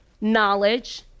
knowledge